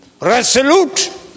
Resolute